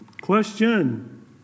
Question